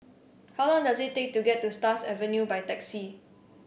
how long does it take to get to Stars Avenue by taxi